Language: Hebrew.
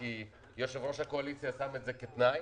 כי יושב-ראש הקואליציה שם את זה כתנאי.